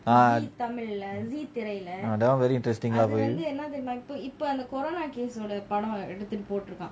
ah ah that [one] very interesting lah for you